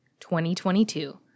2022